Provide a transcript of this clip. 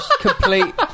complete